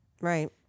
Right